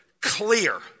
clear